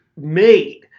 made